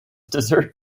dessert